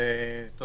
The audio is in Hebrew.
ושל